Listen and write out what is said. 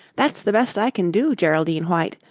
that's the best i can do, geraldine white.